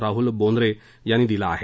राहूल बोंद्रे यांनी दिला आहे